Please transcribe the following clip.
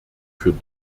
für